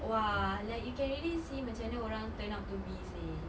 !wah! like you can really see macam mana orang turn out to be seh